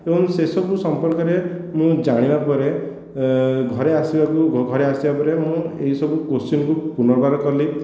ଏବଂ ସେସବୁ ସମ୍ପର୍କରେ ମୁଁ ଜାଣିବା ପରେ ଘରେ ଆସିବାକୁ ଘରେ ଆସିବା ପରେ ମୁଁ ଏହିସବୁ କୋଶ୍ଚି୍ନ୍ କୁ ପୁନର୍ବାର କଲି